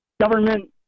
Government